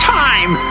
time